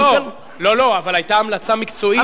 לא, לא, אבל היתה המלצה מקצועית.